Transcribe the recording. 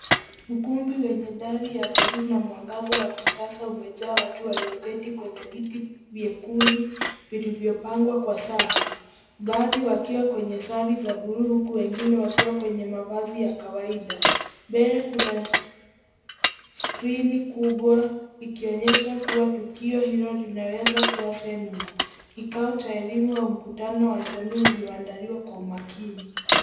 Ukumbi wenye dari ya buluu na mwangaza wa kisasa umejaa watu walioketi kwenye viti vyekundu, vilivyopangwa kwa safu. Baadhi wakiwa kwenye sare za buluu, wengine wako kwenye mavazi ya kawaida. Mbele kuna skrini kubwa, ikionyesha kuwa tukio hilo linaweza kuwa semina. Kikao cha elimu au mkutano wa jamii uliandaliwa kwa umakini.